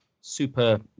super